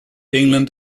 england